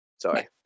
sorry